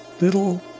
little